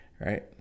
right